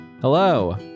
Hello